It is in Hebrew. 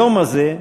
היום הזה,